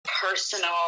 Personal